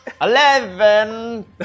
Eleven